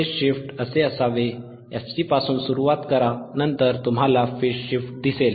phase shift असे असावे fC पासून सुरुवात करा नंतर तुम्हाला फेज शिफ्ट दिसेल